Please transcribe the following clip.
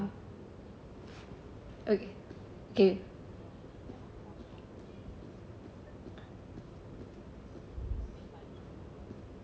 okay